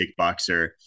kickboxer